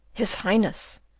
his highness!